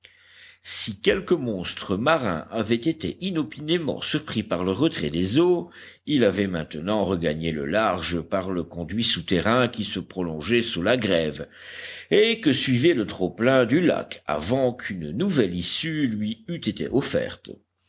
si quelque monstre marin avait été inopinément surpris par le retrait des eaux il avait maintenant regagné le large par le conduit souterrain qui se prolongeait sous la grève et que suivait le trop-plein du lac avant qu'une nouvelle issue lui eût été offerte